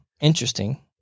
interesting